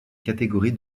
catégorie